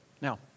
Now